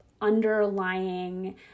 underlying